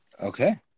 Okay